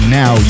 now